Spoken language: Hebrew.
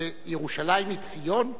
ירושלים היא ציון?